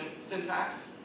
syntax